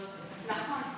נכון.